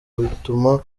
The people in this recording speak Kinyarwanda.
bituma